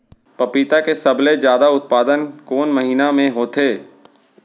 पपीता के सबले जादा उत्पादन कोन महीना में होथे?